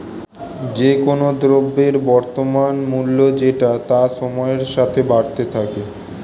যে কোন দ্রব্যের বর্তমান মূল্য যেটা তা সময়ের সাথে বাড়তে পারে